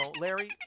Larry